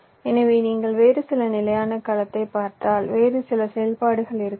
எனவே நீங்கள் வேறு சில நிலையான கலத்தைப் பார்த்தால் வேறு சில செயல்பாடுகள் இருக்கலாம்